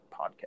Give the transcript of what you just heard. podcast